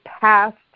passed